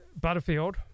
Butterfield